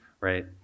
right